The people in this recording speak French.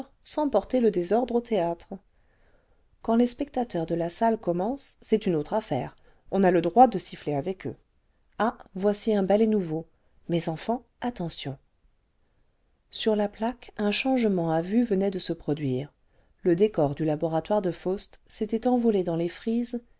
sans porter le désordre au théâtre quand les spectateurs de la salle commence vingtième siècle mencent c'est une autre affaire on a le droit de siffler avec eux ah voici un ballet nouveau mes enfants attention sur la plaque un changement à vue venait de se produire le décor du laboratoire de faust s'était envolé dans les frises